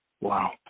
Wow